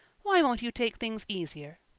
why won't you take things easier?